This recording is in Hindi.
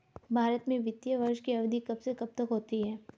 भारत में वित्तीय वर्ष की अवधि कब से कब तक होती है?